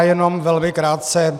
Jenom velmi krátce.